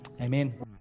Amen